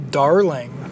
darling